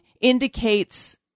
indicates